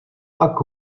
pak